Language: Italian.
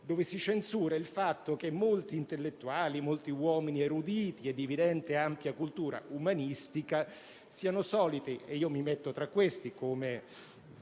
cui si censura il fatto che molti intellettuali e molti uomini eruditi, di evidente e ampia cultura umanistica, siano soliti dire - e io mi metto tra questi, come